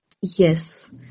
Yes